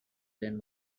then